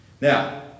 Now